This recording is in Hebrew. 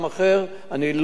אני לא חושב שזה נכון,